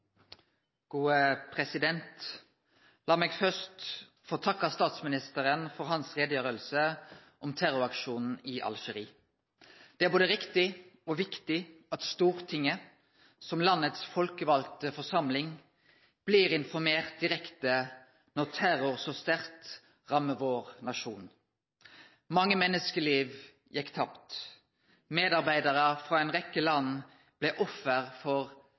meg først få takke statsministeren for utgreiinga hans om terroraksjonen i Algerie. Det er både riktig og viktig at Stortinget som landets folkevalde forsamling blir informert direkte når terror så sterkt rammar vår nasjon. Mange menneskeliv gjekk tapt. Medarbeidarar frå ei rekkje land blei offer for